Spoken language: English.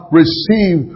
receive